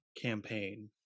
campaign